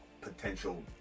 potential